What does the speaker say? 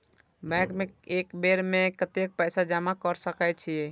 Bank में एक बेर में कतेक पैसा जमा कर सके छीये?